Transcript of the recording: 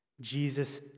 Jesus